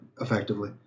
effectively